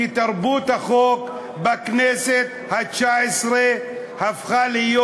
כי תרבות החוק בכנסת התשע-עשרה הפכה להיות,